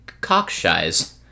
cockshies